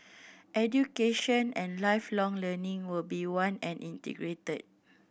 Education and Lifelong Learning will be one and integrated